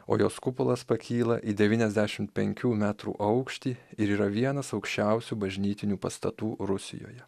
o jos kupolas pakyla į devyniasdešimt penkių metrų aukštį ir yra vienas aukščiausių bažnytinių pastatų rusijoje